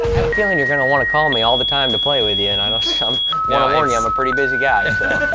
feeling you're gonna want to call me all the time to play with you, and i so um want to warn you i'm a pretty busy guy.